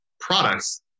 products